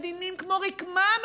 עדינים כמו רקמה,